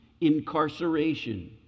incarceration